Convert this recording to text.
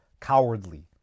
cowardly